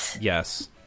Yes